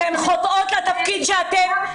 אתן חוטאות לתפקיד הזה.